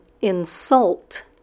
insult